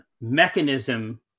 mechanism